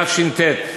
התש"ט.